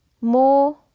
More